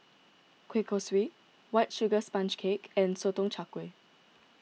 Kuih Kaswi White Sugar Sponge Cake and Sotong Char Kway